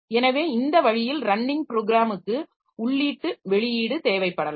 எனவே இந்த வழியில் ரன்னிங் ப்ரோகிராமுக்கு உள்ளீட்டு வெளியீடு தேவைப்படலாம்